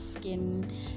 skin